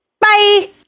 bye